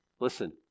listen